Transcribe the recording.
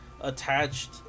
attached